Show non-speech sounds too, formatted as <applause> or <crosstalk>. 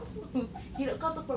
<laughs>